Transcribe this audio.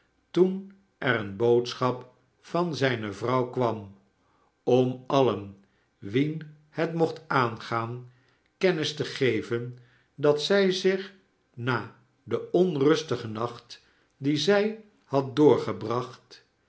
toen er eene boodschap van zijne vrouw kwam om alien wien het mocht aangaan kennis te geven dat zij zich na den onrustigen nacht dien zij had doorgebracht